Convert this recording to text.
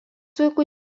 vaikų